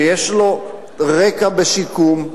שיש לו רקע בשיקום.